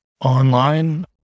online